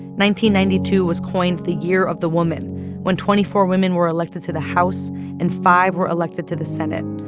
ninety ninety two was coined the year of the woman when twenty four women were elected to the house and five were elected to the senate.